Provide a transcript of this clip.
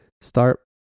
start